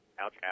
ouch